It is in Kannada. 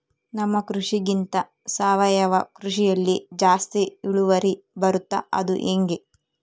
ನಮ್ಮ ಕೃಷಿಗಿಂತ ಸಾವಯವ ಕೃಷಿಯಲ್ಲಿ ಜಾಸ್ತಿ ಇಳುವರಿ ಬರುತ್ತಾ ಅದು ಹೆಂಗೆ?